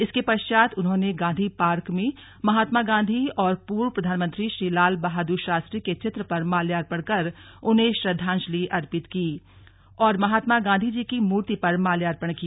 इसके पश्चात उन्होंने गांधी पार्क में महात्मा गांधी व पूर्व प्रधानमंत्री श्री लाल बहाद्र शास्त्री के चित्र पर माल्यार्पण कर उन्हें श्रद्वांजलि अर्पित की एवं महात्मा गांधी जी की मूर्ति पर माल्यार्पण किया